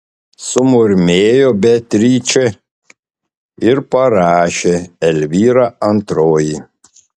sumurmėjo beatričė ir parašė elvyra antroji